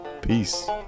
Peace